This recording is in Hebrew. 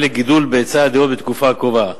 לגידול בהיצע הדירות בתקופה הקרובה: